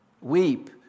Weep